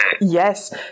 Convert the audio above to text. Yes